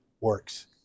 works